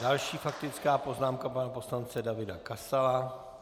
Další faktická poznámka pana poslance Davida Kasala.